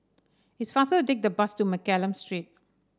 it's faster to take the bus to Mccallum Street